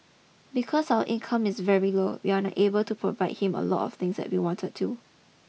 because our income is very low we are unable to provide him a lot of things that we wanted to